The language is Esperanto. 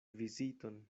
viziton